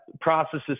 processes